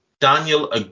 Daniel